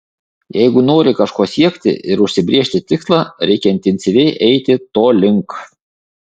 jeigu nori kažko siekti ir užsibrėžti tikslą reikia intensyviai eiti to link